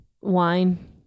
Wine